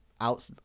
out